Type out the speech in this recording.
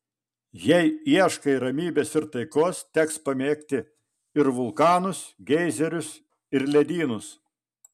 jei ieškai ramybės ir taikos teks pamėgti ir vulkanus geizerius ir ledynus